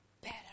better